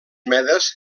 medes